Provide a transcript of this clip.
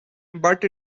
but